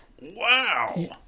Wow